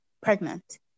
pregnant